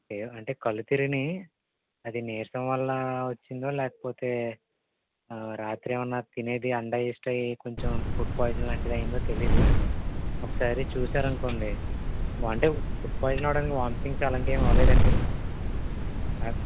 అంటే కళ్ళు తిరిగినవి అది నీరసం వల్ల వచ్చిందో లేకపోతే రాత్రి ఏమైనా తినేది అన్డైజెస్ట్ అయ్యి కొంచెం ఫుడ్ పాయిజన్ లాంటిది అయ్యిందో తెలీదు ఒకసారి చూసారనుకోండి అంటే ఫుడ్ పాయిజన్ అవ్వడానికి వామిటింగ్స్ అలాంటివి ఏం అవ్వలేదు అండి కా